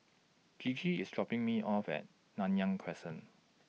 Gigi IS dropping Me off At Nanyang Crescent